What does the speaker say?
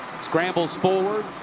scrambles forward.